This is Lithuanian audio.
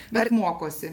dar mokosi